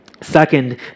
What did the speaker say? Second